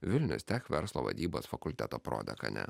vilnius tech verslo vadybos fakulteto prodekanė